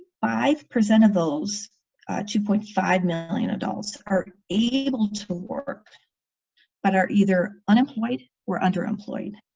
five percent of those two point five million adults are able to work but are either unemployed or underemployed.